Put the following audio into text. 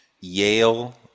Yale